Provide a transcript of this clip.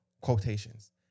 quotations